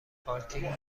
پارکینگ